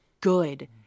good